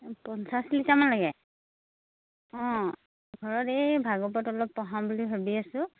পঞ্চাছ লিটাৰমান লাগে অঁ ঘৰত এই ভাগৱত অলপ পঢ়াম বুলি ভাবি আছোঁ